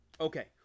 Okay